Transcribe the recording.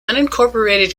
unincorporated